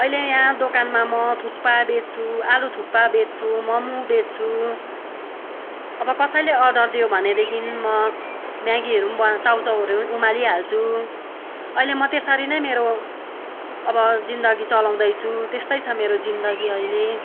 अहिले यहाँ दोकानमा म थुक्पा बेच्छु आलु थुक्पा बेच्छु मोमो बेच्छु अब कसैले अर्डर यो भनेदेखि म म्यागीहरू पनि बनाउ चाउचाउहरू पनि उमालि हाल्छु अहिले म त्यसरी मेरो अब जीन्दगी चलाउँदैछु त्यस्तै छ मेरो जीन्दगी अहिले